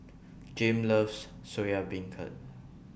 Jame loves Soya Beancurd